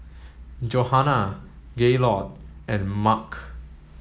Johannah Gaylord and Mark